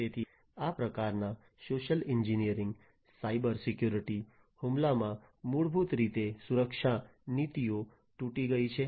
તેથી આ પ્રકારના સોશિયલ એન્જિનિયરિંગ સાયબર સિક્યુરિટી હુમલામાં મૂળભૂત રીતે સુરક્ષા નીતિઓ તૂટી ગઈ છે